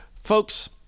folks